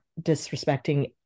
disrespecting